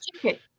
ticket